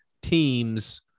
teams